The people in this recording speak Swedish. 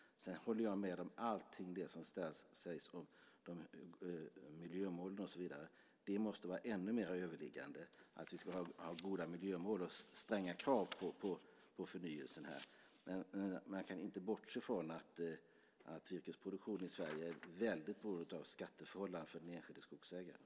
Sedan håller jag med om allt det som sägs om miljömålen och så vidare. Det måste vara ännu mer överliggande att vi ska ha goda miljömål och stränga krav på förnyelsen. Men man kan inte bortse från att virkesproduktionen i Sverige är väldigt beroende av skatteförhållandena för de enskilda skogsägarna.